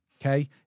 Okay